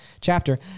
chapter